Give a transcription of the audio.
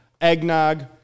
Eggnog